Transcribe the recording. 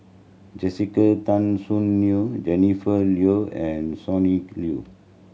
Jessica Tan Soon Neo Jennifer Yeo and Sonny Liew